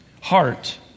heart